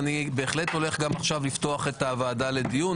ואני בהחלט הולך גם עכשיו לפתוח את הוועדה לדיון,